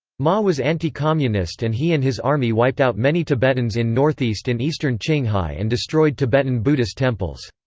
ma was anti-communist and he and his army wiped out many tibetans in northeast and eastern qinghai and destroyed tibetan buddhist temples.